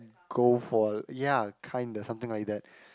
go for ya kinda something like that